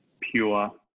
pure